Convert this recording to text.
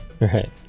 Right